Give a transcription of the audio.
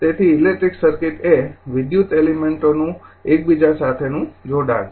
તેથી electric circuit એ electrical એલિમેંટોનું એકબીજા સાથેનું જોડાણ છે